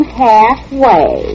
halfway